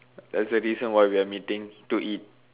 there's a reason why we are meeting to eat